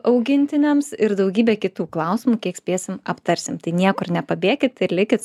augintiniams ir daugybė kitų klausimų kiek spėsim aptarsim tai niekur nepabėkit ir likit